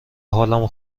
حالمو